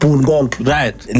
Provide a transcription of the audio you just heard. Right